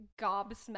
gobsmacked